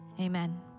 amen